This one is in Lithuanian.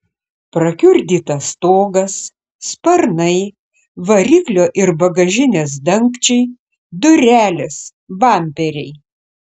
prakiurdytas stogas sparnai variklio ir bagažinės dangčiai durelės bamperiai